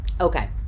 Okay